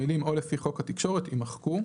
המילים "או לפי חוק התקשורת," יימחקו,"